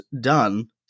done